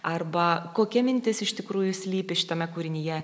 arba kokia mintis iš tikrųjų slypi šitame kūrinyje